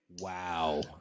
Wow